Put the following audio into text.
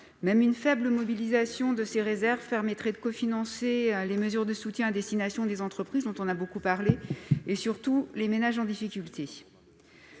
2020, une faible mobilisation de ces réserves permettrait de cofinancer les mesures de soutien à destination des entreprises, dont nous avons beaucoup parlé, et surtout des ménages en difficulté.